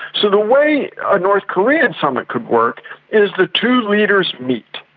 so the way a north korean summit could work is the two leaders meet.